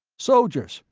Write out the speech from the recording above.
sojers.